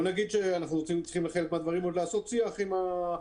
בחלק מן הדברים אנחנו צריכים עוד לעשות שיח עם המשרדים,